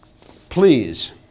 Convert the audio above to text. please